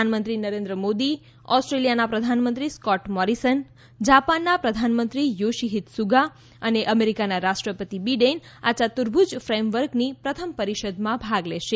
પ્રધાનમંત્રી નરેન્દ્ર મોદી ઓસ્ટ્રેલિયાના પ્રધાનમંત્રી સ્કોટ મોરિસન જાપાનના પ્રધાનમંત્રી યોશીહિદ સુગા અને અમેરિકાના રાષ્ટ્રપતિ બિડેન આ યતુર્ભુજ ફ્રેમવર્કની પ્રથમ પરિષદમાં ભાગ લેશે